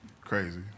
crazy